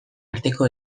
arteko